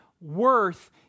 worth